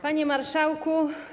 Panie Marszałku!